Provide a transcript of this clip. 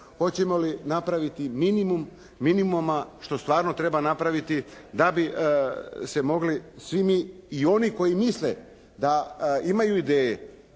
hoćemo li napraviti minimum minimuma što stvarno treba napraviti da bi se mogli svi mi i oni koji misle da imaju ideje